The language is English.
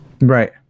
right